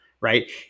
right